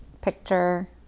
picture